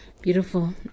Beautiful